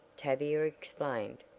tavia explained.